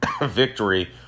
victory